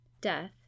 Death